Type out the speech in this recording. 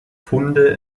funde